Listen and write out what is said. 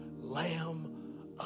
Lamb